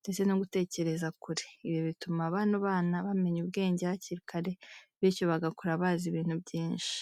ndetse no gutekereza kure. Ibi bituma bano bana bamenya ubwenge hakiri kare bityo bagakura bazi ibintu byinshi.